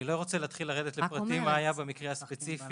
אני לא רוצה להתחיל לרדת לפרטים מה היה במקרה הספציפי